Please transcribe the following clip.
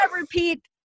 repeat